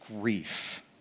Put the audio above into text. grief